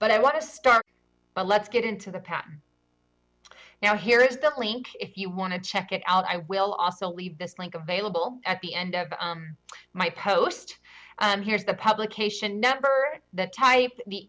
but i want to start by let's get into the patent now here is the link if you want to check it out i will also leave this link available at the end of my post here's the publication number that typed the